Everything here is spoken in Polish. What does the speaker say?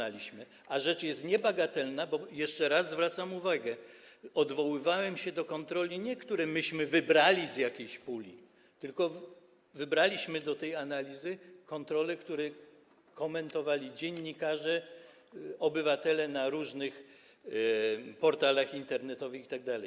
A rzecz jest niebagatelna, bo jeszcze raz zwracam uwagę: odwoływałem się do kontroli, których nie wybraliśmy z jakiejś puli - wybraliśmy do tej analizy kontrole, które komentowali dziennikarze, obywatele na różnych portalach internetowych itd.